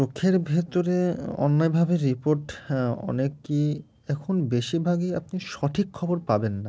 চোখের ভেতরে অন্যায়ভাবে রিপোর্ট অনেক কি এখন বেশিরভাগই আপনি সঠিক খবর পাবেন না